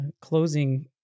closing